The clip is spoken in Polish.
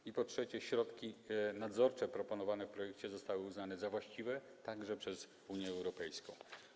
I po trzecie, środki nadzorcze proponowane w projekcie zostały uznane za właściwe także przez Unię Europejską.